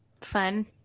Fun